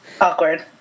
Awkward